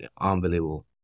Unbelievable